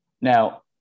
Now